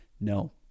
No